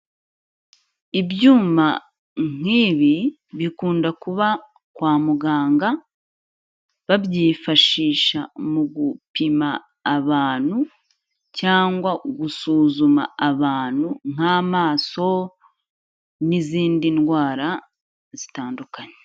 Ibyuma nk'ibi bikunda kuba kwa muganga, babyifashisha mu gupima abantu cyangwa gusuzuma abantu nk'amaso n'izindi ndwara zitandukanye.